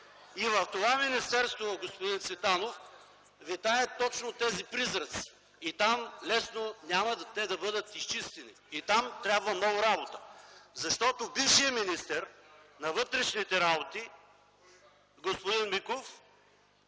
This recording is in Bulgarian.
В това министерство - на господин Цветанов, витаят точно тези призраци. Там лесно няма да бъдат изчистени. Там трябва много работа, защото бившият министър на вътрешните работи господин Миков